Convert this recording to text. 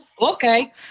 okay